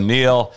Neil